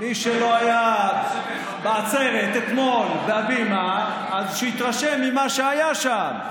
מי שלא היה בעצרת אתמול בהבימה אז שיתרשם ממה שהיה שם.